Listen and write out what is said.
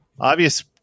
obvious